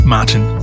Martin